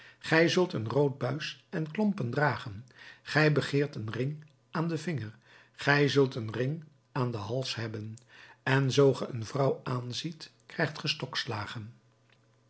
gij zult een rood buis en klompen dragen gij begeert een ring aan den vinger gij zult een ring aan den hals hebben en zoo ge een vrouw aanziet krijgt